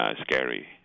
scary